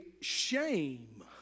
shame